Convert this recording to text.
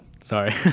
sorry